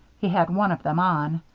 he had one of them on.